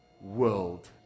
world